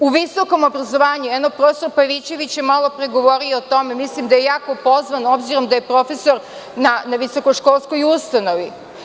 U visokom obrazovanju, profesor Pavićević je malopre govorio o tome, mislim da je jako pozvan, obzirom da je profesor na visokoškolskoj ustanovi.